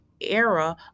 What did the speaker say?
era